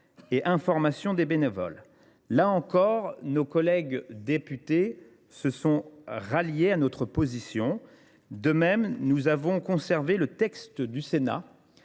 une ligne rouge. Là encore, nos collègues députés se sont ralliés à notre position. De même, nous avons conservé le texte du Sénat,